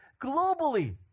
globally